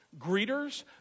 Greeters